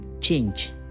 change